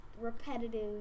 repetitive